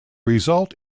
result